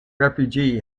refugee